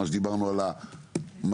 מה שדיברנו על הכניסה.